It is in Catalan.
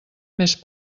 més